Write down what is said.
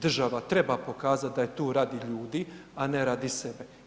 Država treba pokazati da je tu radi ljudi, a ne radi sebe.